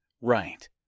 right